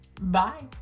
Bye